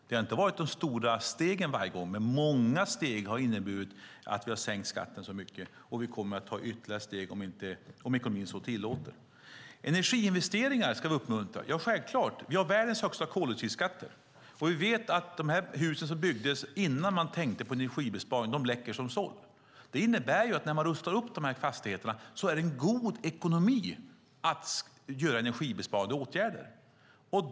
Det har inte varit de stora stegen varje gång, men många steg har inneburit att vi har sänkt skatten så mycket. Vi kommer också att ta ytterligare steg om ekonomin så tillåter. Energiinvesteringar ska vi uppmuntra - självklart. Vi har världens högsta koldioxidskatter, och vi vet att de hus som byggdes innan man tänkte på energibesparing läcker som såll. Det innebär att det när man rustar upp fastigheterna är god ekonomi att göra energibesparande åtgärder.